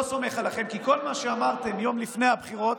לא סומך עליכם, כי כל מה שאמרתם יום לפני הבחירות,